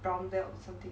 from there or something